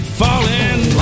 falling